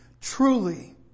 truly